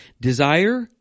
Desire